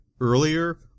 earlier